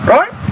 Right